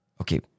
Okay